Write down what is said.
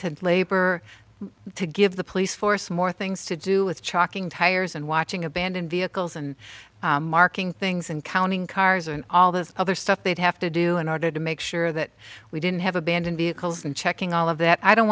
to labor to give the police force more things to do with chalking tires and watching abandoned vehicles and marking things and counting cars and all the other stuff they'd have to do in order to make sure that we didn't have abandoned vehicles and checking all of that i don't